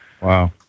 Wow